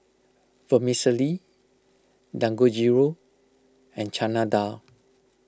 Vermicelli Dangojiru and Chana Dal